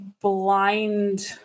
blind